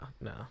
no